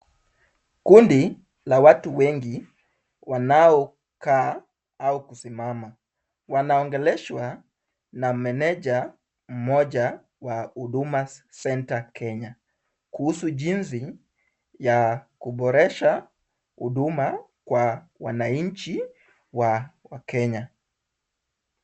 Kundi la watu wengi wanaokaa au kusimama. Wanaongeleshwa na meneja mmoja wa Huduma Centre Kenya kuhusu jinsi ya kuboresha huduma kwa wananchi wa wakenya.